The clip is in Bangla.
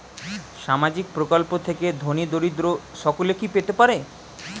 সামাজিক প্রকল্প থেকে ধনী দরিদ্র সকলে কি পেতে পারে?